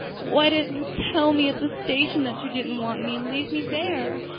why didn't you tell me at the station that you didn't want me and leave me there?